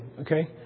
Okay